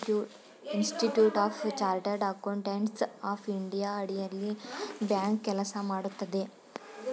institute of chartered accountants of India ಅಡಿಯಲ್ಲಿ bank ಕೆಲಸ ಮಾಡುತ್ತದೆ